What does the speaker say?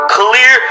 clear